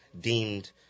deemed